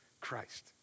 Christ